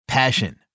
Passion